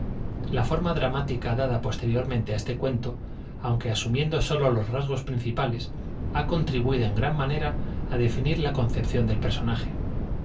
la forma dramática dada posteriormente a este cuento aunque asumiendo sólo los rasgos principales ha contribuído en gran manera a definir la concepción del personaje